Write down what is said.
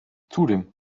zudem